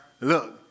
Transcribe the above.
Look